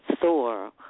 Thor